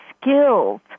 skills